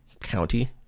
county